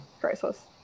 crisis